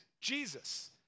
Jesus